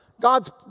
God's